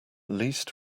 least